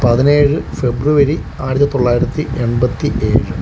പതിനേഴ് ഫെബ്രുവരി ആയിരത്തി തൊള്ളായിരത്തി എൺപത്തി ഏഴ്